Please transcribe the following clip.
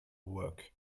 work